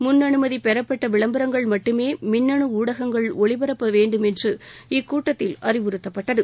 முன்அனுமதி பெறப்பட்ட விளம்பரங்கள் மட்டுமே மின்னனு ஊடகங்கள் ஒளிபரப்ப வேண்டும் என்று இக்கூட்டத்தில் அறிவுறுத்தப்பட்டது